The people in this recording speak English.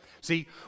See